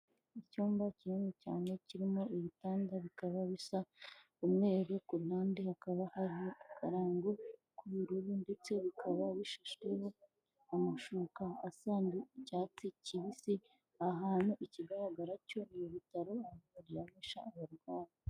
Icyumba kinini cyane kirimo ibitanda bikaba bisa umweru kuruhande hakaba hari akarango k'ubururu ndetse bikaba bishasheho amashuka asa n'icyatsi kibisi, ahantu ikigaragara cyo mu bitaro bya bisha abarwayi.